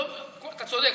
אתה צודק,